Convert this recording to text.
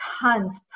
tons